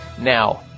now